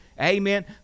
Amen